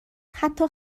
حتی